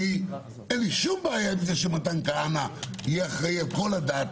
ואין לי שום בעיה עם זה שמתן כהנא יהיה אחראי על כל הדת